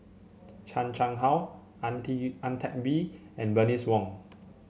Chan Chang How Ang Ang Teck Bee and Bernice Wong